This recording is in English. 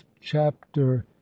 chapter